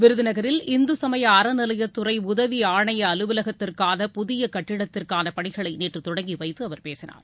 விருதுநகரில் இந்து சமய அறநிலையத்துறை உதவி ஆணைய அலுவலகத்திற்கான புதிய கட்டிடத்திற்கான பணிகளை நேற்று தொடங்கி வைத்து அவர் பேசினார்